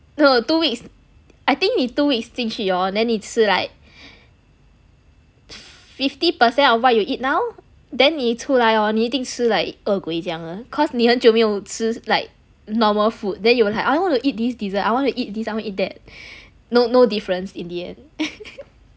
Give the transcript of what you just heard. no no two weeks I think we two weeks 进去 hor then 你吃 like fifty percent of what you eat now then 你出来 hor 你一定吃 like 饿鬼这样的 cause 你很久没有吃 like normal food then you will have you want to eat this dessert I want to eat this I want to eat that no no difference in the end